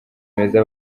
meza